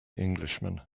englishman